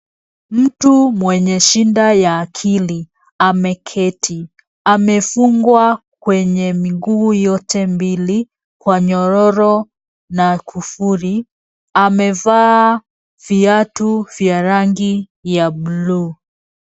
Mtu mwenye shida ya akili ameketi, amefungwa kwenye miguu yote mbili kwa nyororo na kufuli, amevaa viatu vya rangi ya buluu.